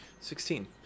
Sixteen